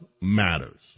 matters